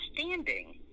understanding